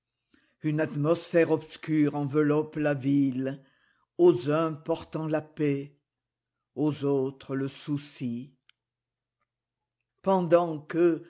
une atmosphère obscure enveloppe la ville aux uns portant la paix aux autres le souci ptfidant que